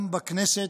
גם בכנסת,